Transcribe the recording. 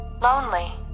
lonely